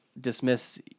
dismiss